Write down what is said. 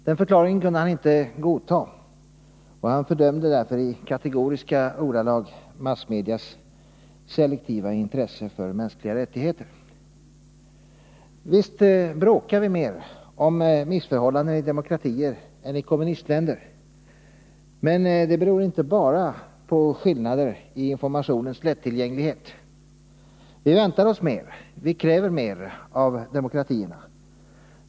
Den förklaringen kunde han inte godta, och han fördömde därför i kategoriska ordalag massmedias selektiva intresse för mänskliga rättigheter. Visst bråkar vi mer om missförhållanden i demokratier än i kommunistländer, men det beror inte bara på skillnader i informationens lättillgänglighet. Vi väntar oss mer, vi kräver mer av demokratierna.